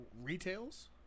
retails